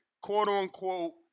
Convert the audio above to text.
quote-unquote